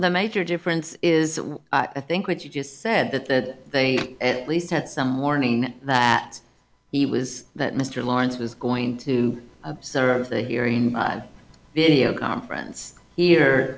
the major difference is i think what you just said that that they at least had some warning that he was that mr lines was going to observe the hearing video conference here